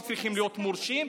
שצריכים להיות מורשים,